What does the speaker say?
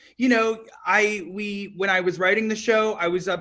you know, i we, when i was writing the show, i was, ah